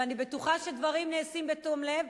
ואני בטוחה שדברים נעשים בתום לב,